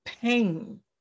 Pain